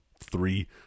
three